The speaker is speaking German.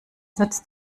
nützt